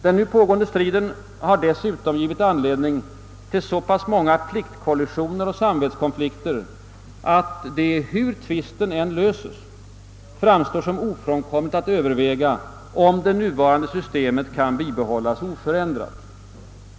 Den nu pågående striden har dessutom givit anledning till så många pliktkollisioner och samvetskonflikter att det — hur tvisten än löses — framstår som ofrånkomligt att överväga, om det nuvarande systemet kan bibehållas oförändrat.